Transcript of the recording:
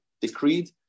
decreed